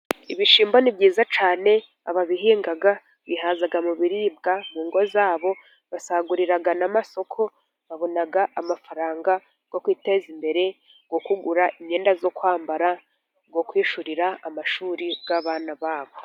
Ibishimba ni byiza cyane, ababihinga bihaza mu biribwa mu ngo za bo, basagurira n'amasoko, babona amafaranga yo kwiteza imbere, yo kugura imyenda yo kwambara, no kwishyurira amashuri y'abana ba bo.